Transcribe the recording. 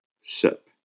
sip